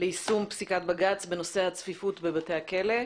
ליישום פסיקת בג"צ בנושא הצפיפות בבתי הכלא.